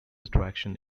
attraction